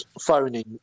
phoning